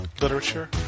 literature